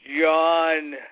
John